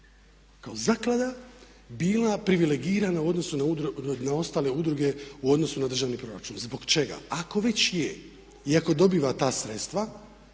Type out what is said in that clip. kao zaklada bila privilegirana u odnosu na ostale udruge, u odnosu na državni proračun. Zbog čega? Ako već je i ako dobiva ta sredstva